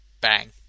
Bang